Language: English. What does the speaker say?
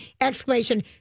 exclamation